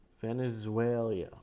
Venezuela